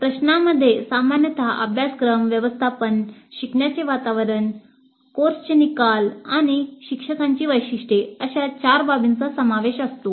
प्रश्नांमध्ये सामान्यत अभ्यासक्रम व्यवस्थापन शिकण्याचे वातावरण कोर्सचे निकाल आणि शिक्षकांची वैशिष्ट्ये अशा चार बाबींचा समावेश असतो